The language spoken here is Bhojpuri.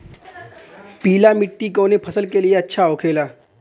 पीला मिट्टी कोने फसल के लिए अच्छा होखे ला?